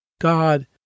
God